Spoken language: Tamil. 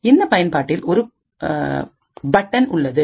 இந்த பயன்பாட்டில் ஒரு பொத்தான் உள்ளது